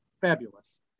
fabulous